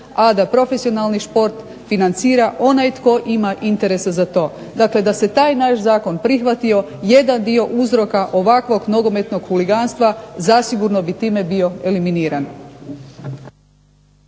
a da profesionalni šport financira onaj tko ima interesa za to. Dakle, da se taj naš zakon prihvatio jedan dio uzroka ovakvog nogometnog huliganstva zasigurno bi time bio eliminiran.